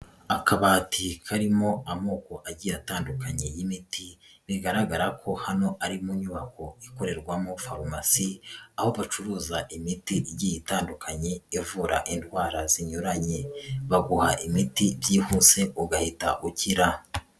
Akabati karimo amoko agiye atandukanye y'imiti bigaragara ko hano ari mu nyubako ikorerwamo farumasi, aho bacuruza imiti igiye itandukanye yavura indwara zinyuranye baguha imiti byihuse ugahita ukira.